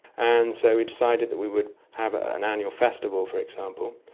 and so we decided that we would have an annual festival, for example,